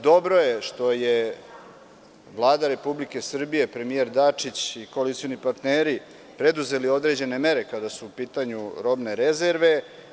Dobro je što su Vlada Republike Srbije, premijer Dačić i koalicioni partneri preduzeli određene mere kada su u pitanju robne rezerve.